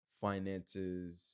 finances